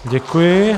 Děkuji.